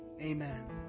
amen